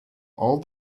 all